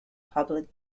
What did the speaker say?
public